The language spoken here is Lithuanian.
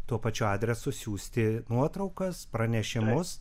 tuo pačiu adresu siųsti nuotraukas pranešimus